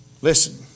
Listen